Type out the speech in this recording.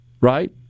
right